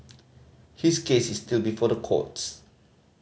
his case is still before the courts